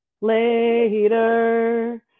Later